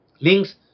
Links